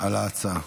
על ההצעה.